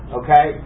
okay